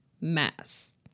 mass